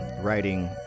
writing